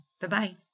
Bye-bye